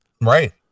Right